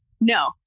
no